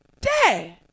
Dad